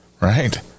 right